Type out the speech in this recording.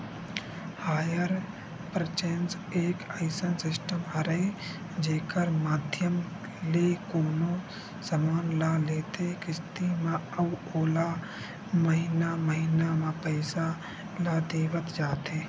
hire purchase एक अइसन system हरय जेखर माधियम ले कोनो समान ल लेथे किस्ती म अउ ओला महिना महिना म पइसा ल देवत जाथे